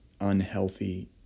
unhealthy